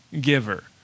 giver